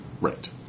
Right